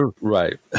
Right